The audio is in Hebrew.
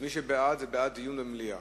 אז מי שבעד, זה בעד דיון במליאה.